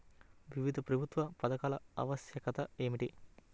వివిధ ప్రభుత్వ పథకాల ఆవశ్యకత ఏమిటీ?